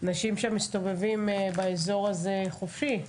אנשים שם מסתובבים באזור הזה חופשי.